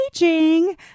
aging